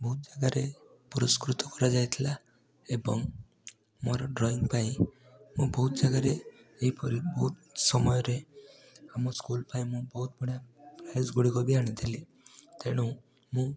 ବହୁତ ଜାଗାରେ ପୁରସ୍କୃତ କରାଯାଇଥିଲା ଏବଂ ମୋର ଡ୍ରଇଂ ପାଇଁ ମୁଁ ବହୁତ ଜାଗାରେ ଏପରି ବହୁତ ସମୟରେ ଆମ ସ୍କୁଲ୍ ପାଇଁ ମୁଁ ବହୁତ ବଢ଼ିଆ ପ୍ରାଇଜ୍ ଗୁଡ଼ିକ ବି ଆଣିଥିଲି ତେଣୁ ମୁଁ